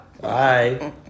Bye